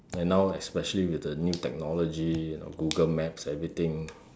and now especially with the new technology you know Google maps everything